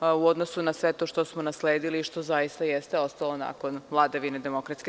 u odnosu na sve to što smo nasledili i što zaista jeste ostalo nakon vladavine DS.